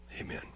amen